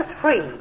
free